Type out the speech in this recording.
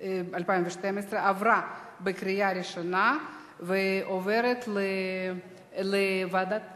2012, עברה בקריאה ראשונה ועוברת לוועדת